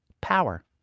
Power